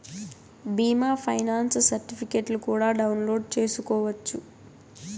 బీమా ఫైనాన్స్ సర్టిఫికెట్లు కూడా డౌన్లోడ్ చేసుకోవచ్చు